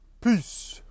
Peace